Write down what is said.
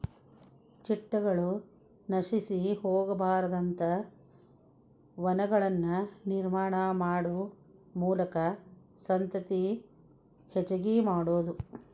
ಚಿಟ್ಟಗಳು ನಶಿಸಿ ಹೊಗಬಾರದಂತ ವನಗಳನ್ನ ನಿರ್ಮಾಣಾ ಮಾಡು ಮೂಲಕಾ ಸಂತತಿ ಹೆಚಗಿ ಮಾಡುದು